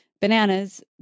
bananas